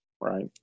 right